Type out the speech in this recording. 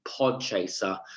Podchaser